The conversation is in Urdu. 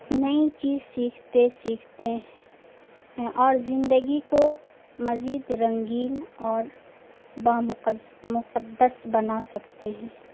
نئی چیز سیکھتے سیکھتے ہیں اور زندگی کو مزید رنگین اور با مقس مقصد بنا سکتے ہیں